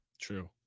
True